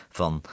van